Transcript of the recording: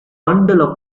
bundle